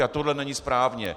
A tohle není správně.